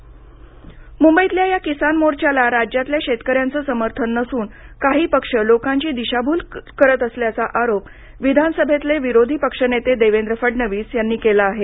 फडणवीस मुंबईतल्या या किसान मोर्चाला राज्यातल्या शेतकऱ्यांचे समर्थन नसून काही पक्ष लोकांची दिशाभूल करत असल्याचा आरोप विधानसभेतले विरोधी पक्षनेते देवेंद्र फडणवीस यांनी केली आहे